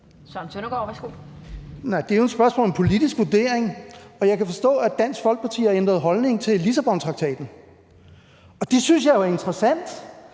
Søren Søndergaard (EL): Det er jo et spørgsmål om en politisk vurdering, og jeg kan forstå, at Dansk Folkeparti har ændret holdning til Lissabontraktaten, og det synes jeg jo er interessant.